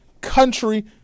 country